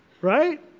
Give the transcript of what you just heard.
right